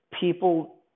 people